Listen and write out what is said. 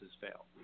fail